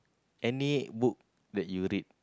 any book that you read